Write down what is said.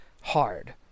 hard